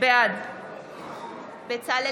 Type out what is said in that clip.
בעד בצלאל סמוטריץ'